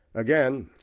again,